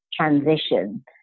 transition